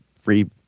free